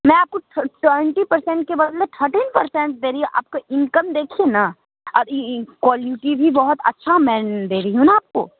मैं आपको twenty percent के बदले थर्टीन परसेंट दे रही हूँ आपके इनकम देखिए न और ई ई क्वालिटी भी बहुत अच्छा मैं दे रही हूँ न आपको